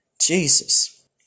Jesus